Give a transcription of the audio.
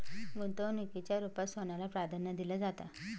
गुंतवणुकीच्या रुपात सोन्याला प्राधान्य दिलं जातं